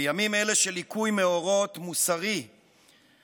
בימים אלה של ליקוי מאורות מוסרי חריף